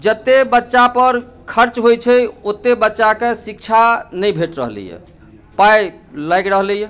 जतेक बच्चा पर खर्च होइ छै ओत्ते बच्चा के शिक्षा नहि भेटि रहलैया पाइ लागि रहलैया